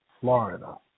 Florida